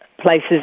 places